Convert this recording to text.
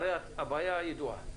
הרי הבעיה ידועה.